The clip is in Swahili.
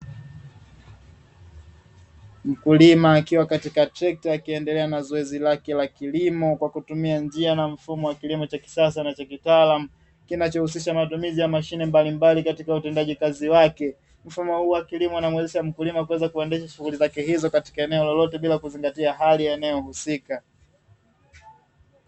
Mkulima akiwa katika trekta akiendelea na zoezi lake la kilimo kwa kutumia njia na mfumo wa kilimo cha kisasa na cha kitaalamu, kinachohusisha matumizi ya mashine mbalimbali katika utendaji kazi wake. Mfumo huu wa kilimo unamuwezesha mkulima kuweza kuendesha shuguli zake hizo katika eneo lolote bila kuzingatia hali ya eneo husika.